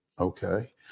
okay